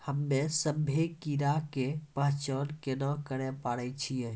हम्मे सभ्भे कीड़ा के पहचान केना करे पाड़ै छियै?